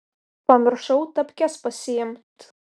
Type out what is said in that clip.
pamiršau tapkes pasiimt